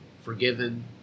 forgiven